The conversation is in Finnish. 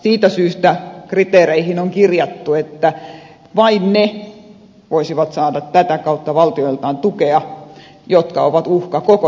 siitä syystä kriteereihin on kirjattu että vain ne voisivat saada tätä kautta valtioiltaan tukea jotka ovat uhka koko järjestelmälle